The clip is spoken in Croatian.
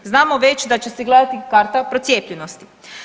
Znamo već da će se gledati karta procijepljenosti.